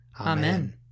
Amen